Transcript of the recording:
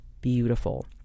beautiful